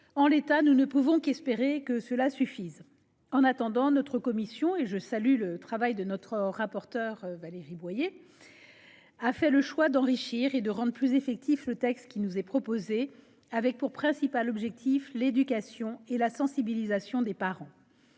En l'état, nous ne pouvons qu'espérer que ce texte suffise. En attendant, notre commission- et je salue le travail de notre rapporteure, Valérie Boyer -a fait le choix d'enrichir et de rendre plus efficace le texte qui nous est proposé, avec pour principal objectif d'éduquer et de sensibiliser les parents.